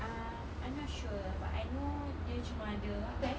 ah I not sure but I know dia cuma ada apa eh